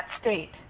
state